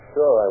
Sure